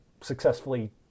successfully